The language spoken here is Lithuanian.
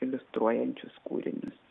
iliustruojančius kūrinius